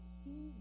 see